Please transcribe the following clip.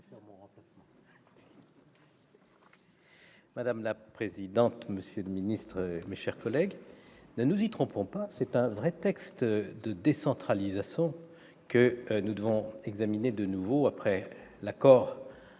Madame la présidente, monsieur le ministre, mes chers collègues, ne nous y trompons pas : c'est un vrai texte de décentralisation que nous examinons, après l'accord survenu